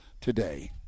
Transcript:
today